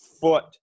foot